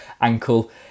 ankle